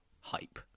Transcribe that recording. hype